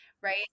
Right